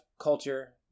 culture